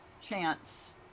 chance